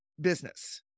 business